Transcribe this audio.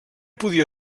podia